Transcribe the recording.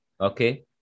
okay